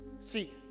See